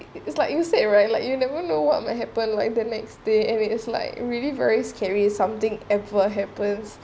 it's like you said right like you never know what happen like the next day and it is like really very scary something ever happens